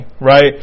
right